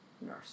nurse